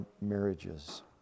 marriages